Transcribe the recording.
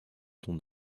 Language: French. ton